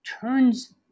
turns